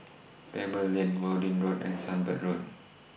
Pebble Lane Worthing Road and Sunbird Road